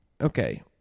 Okay